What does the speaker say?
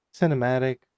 cinematic